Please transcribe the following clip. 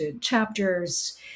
chapters